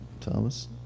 Thomas